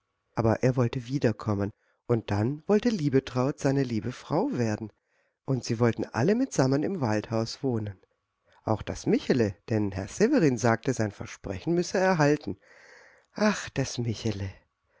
aber er wollte wiederkommen und dann wollte liebetraut seine liebe frau werden und sie wollten alle mitsammen im waldhaus wohnen auch das michele denn herr severin sagte sein versprechen müsse er halten ach das michele